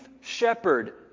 shepherd